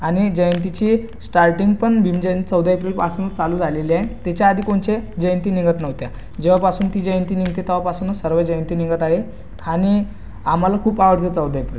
आणि जयंतीची स्टार्टिंगपण भीम जयं चौदा एप्रिलपासून चालू झालेली आहे तिच्या आधी कोणचे जयंती निघत नव्हत्या जेव्हापासून ती जयंती निघते तेव्हापासूनच सर्व जयंती निघत आहे आणि आम्हाला खूप आवडते चौदा एप्रिल